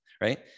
right